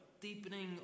deepening